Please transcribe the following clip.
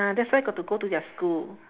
ah that's why got to go to their school